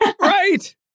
right